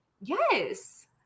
yes